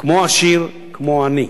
עשיר כמו עני,